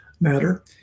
matter